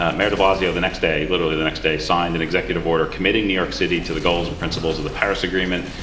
ah mayor de blasio the next day literally the next day signed an executive order committing new york city to the goals and principles of the paris agreement,